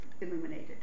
illuminated